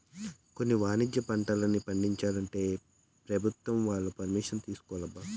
కొన్ని వాణిజ్య పంటల్ని పండించాలంటే పెభుత్వం వాళ్ళ పరిమిషన్ తీసుకోవాలబ్బా